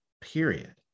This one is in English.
period